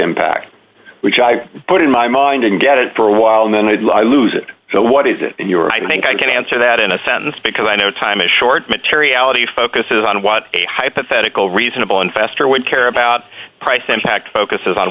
impact which i put in my mind and get it for a while and then i would lose it so what is it you or i think i can answer that in a sentence because i know time is short materiality focuses on what a hypothetical reasonable investor would care about price impact focuses on